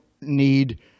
need